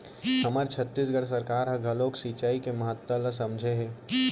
हमर छत्तीसगढ़ सरकार ह घलोक सिचई के महत्ता ल समझे हे